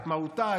את מהותה,